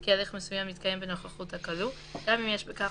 כי הליך מסוים יתקיים בנוכחות הכלוא גם אם יש בכך